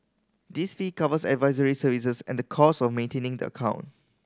this fee covers advisory services and the costs of maintaining the account